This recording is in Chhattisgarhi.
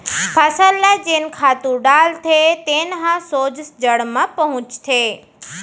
फसल ल जेन खातू डाले जाथे तेन ह सोझ जड़ म पहुंचथे